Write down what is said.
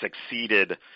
succeeded